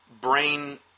Brain